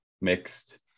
mixed